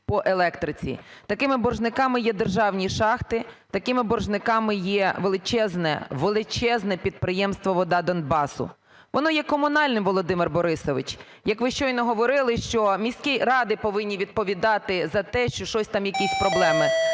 Такими боржниками є державні шахти, такими боржниками є величезне, величезне підприємство "Вода Донбасу". Воно є комунальним, Володимир Борисович, як ви щойно говорили, що міські ради повинні відповідати за те, що щось там, якісь проблеми,